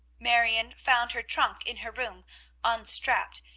marion found her trunk in her room unstrapped,